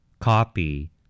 copy